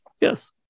Yes